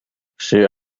che